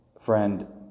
friend